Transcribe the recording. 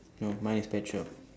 no mine is pet shop